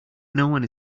noone